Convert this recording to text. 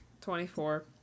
twenty-four